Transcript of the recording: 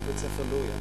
כמו בבית-ספר "לוריא",